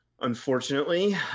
unfortunately